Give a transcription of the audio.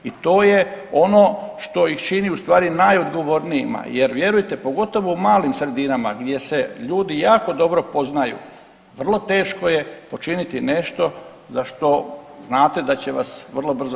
I to je ono što ih čini u stvari najodgovornijima jer vjerujte pogotovo u malim sredinama gdje se ljudi jako dobro poznaju vrlo teško je počiniti nešto za što znate da će vas vrlo brzo.